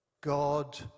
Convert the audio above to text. God